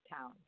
town